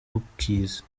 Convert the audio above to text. bukizi